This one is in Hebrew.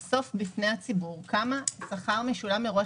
נעבור לסעיף השני שעל סדר היום - תקנות ניירות ערך